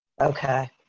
Okay